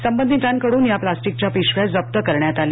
संबंधितांकडून या प्लॅस्टिकच्या पिशव्या जप्त करण्यात आल्या